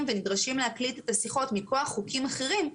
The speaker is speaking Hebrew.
ונדרשים להקליט את השיחות מכוח חוקים אחרים,